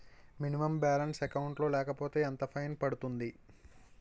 Minimum balance account లో లేకపోతే ఎంత ఫైన్ పడుతుంది?